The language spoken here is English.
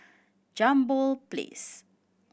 Jambol Place